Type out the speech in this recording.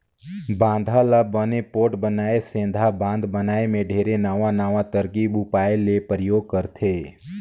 बांधा ल बने पोठ बनाए सेंथा बांध बनाए मे ढेरे नवां नवां तरकीब उपाय ले परयोग करथे